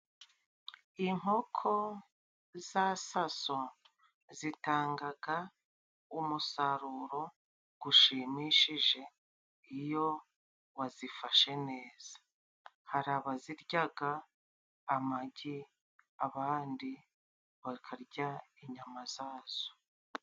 Inkoko za saso zitangaga umusaruro gushimishije iyo wazifashe neza, hari abaziryaga amagi, abandi bakarya inyama zazo.